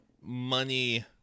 money